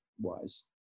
wise